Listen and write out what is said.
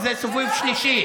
שזה סיבוב שלישי.